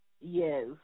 Yes